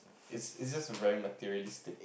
is is just very materialistic